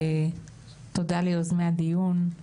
תודה ליוזמי הדיון,